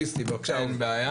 בבקשה.